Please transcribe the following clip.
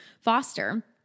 foster